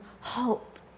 hope